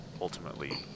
ultimately